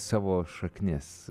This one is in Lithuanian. savo šaknis